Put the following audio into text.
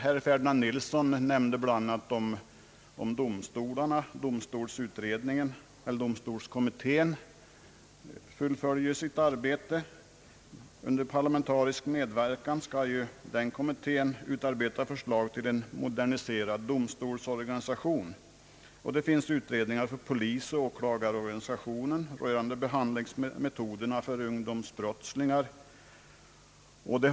Herr Ferdinand Nilsson nämnde bl.a. att domstolsväsendet behöver effektiviseras. Domstolskommittén sysslar med detta arbete. Under parlamentarisk medverkan skall denna kommitté utarbeta förslag till en moderniserad domstolsorganisation. Det pågår utredningar rörande polisoch åklagarorganisationen samt rörande behandlingsmetoderna för ungdomsbrottslingar.